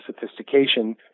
sophistication